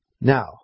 Now